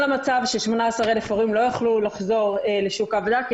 המצב ש-18 אלף הורים לא יוכלו לחזור לשוק העבודה.